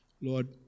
Lord